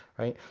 right.